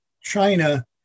China